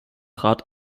rat